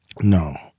No